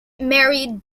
married